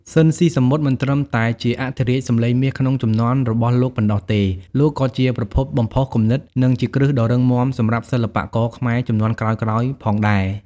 ស៊ីន ស៊ីសាមុត មិនត្រឹមតែជាអធិរាជសម្លេងមាសក្នុងជំនាន់របស់លោកប៉ុណ្ណោះទេ លោកក៏ជាប្រភពបំផុសគំនិត និងជាគ្រឹះដ៏រឹងមាំសម្រាប់សិល្បករខ្មែរជំនាន់ក្រោយៗផងដែរ ។